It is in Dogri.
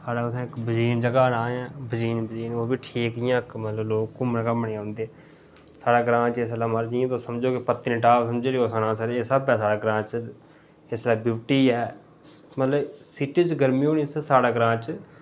स्हाड़ै उत्थै इक बजीन जगह् दा नांऽ ऐ बजीन बजीन ओह् बी ठीक इयां मतलब इक लोग घूमने घामने गी औंदे स्हाड़ै ग्रांऽ जिसलै मर्जी इयां तुस समझो पत्नीटाप समझी लैओ सनासर एह् सब स्हाड़ै ग्रांऽ च इसलै ब्यूटी ऐ मतलब सिटी च गर्मी होनी स्हाड़ै ग्रांऽ च